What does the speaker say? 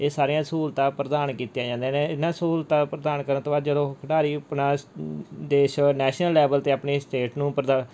ਇਹ ਸਾਰੀਆਂ ਸਹੂਲਤਾਂ ਪ੍ਰਦਾਨ ਕੀਤੀਆਂ ਜਾਂਦੀਆਂ ਨੇ ਇਹਨਾਂ ਸਹੂਲਤਾਂ ਪ੍ਰਦਾਨ ਕਰਨ ਤੋਂ ਬਾਅਦ ਜਦੋਂ ਉਹ ਖਿਡਾਰੀ ਆਪਣਾ ਦੇਸ਼ ਔਰ ਨੈਸ਼ਨਲ ਲੈਵਲ 'ਤੇ ਆਪਣੀ ਸਟੇਟ ਨੂੰ ਪ੍ਰਦ